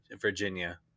Virginia